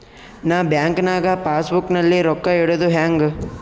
ನಾ ಬ್ಯಾಂಕ್ ನಾಗ passbook ನಲ್ಲಿ ರೊಕ್ಕ ಇಡುದು ಹ್ಯಾಂಗ್?